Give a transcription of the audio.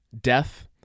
death